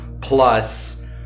plus